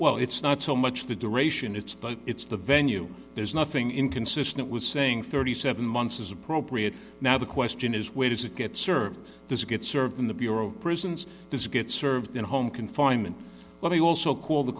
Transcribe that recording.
well it's not so much the duration it's that it's the venue there's nothing inconsistent with saying thirty seven months is appropriate now the question is where does it get served this gets served in the bureau of prisons does get served in a home confinement but i also call the